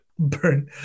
burn